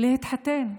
להתחתן,